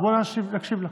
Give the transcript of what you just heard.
אז בוא נקשיב לה.